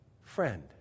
friend